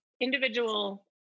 individual